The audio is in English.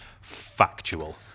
factual